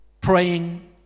praying